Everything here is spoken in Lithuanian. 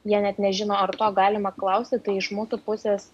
jie net nežino ar galima klausti iš mūsų pusės